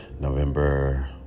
November